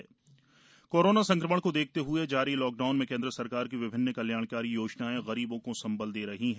केंद्रीय मदद flagship corona संक्रमण को देखते हए जारी लॉकडाउन में केंद्र सरकार की विभिन्न कल्याणकारी योजनाएं गरीबों को संबल दे रही हैं